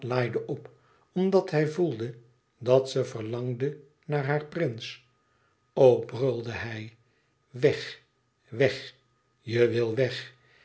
laaide op omdat hij voelde dat ze verlangde naar haar prins oh brulde hij weg weg je wil weg